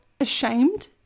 ashamed